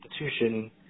institution